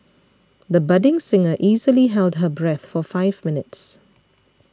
the budding singer easily held her breath for five minutes